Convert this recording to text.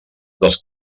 dels